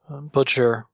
Butcher